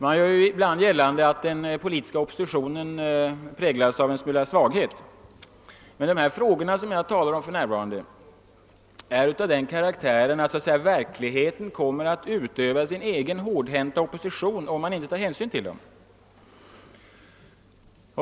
Det görs ibland gällande att den politiska oppositionen präglas av svaghet. De frågor jag nu talar om är dock av den karaktären, att verkligheten kommer att utöva sin egen hårdhänta opposition, om man inte tar hänsyn till dem.